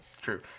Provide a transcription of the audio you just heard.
true